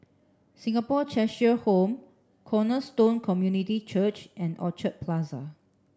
Singapore Cheshire Home Cornerstone Community Church and Orchard Plaza